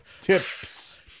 Tips